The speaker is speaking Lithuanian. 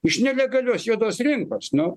iš nelegalios juodos rinkos nu